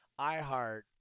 iHeart